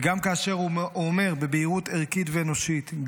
וגם כאשר הוא אומר בבהירות ערכית ואנושית: